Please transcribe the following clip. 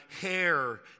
hair